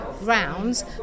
rounds